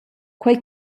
quei